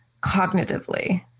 cognitively